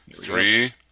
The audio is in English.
Three